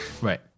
right